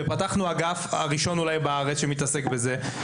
ופתחנו אגף, הראשון אולי בארץ, שמתעסק בזה.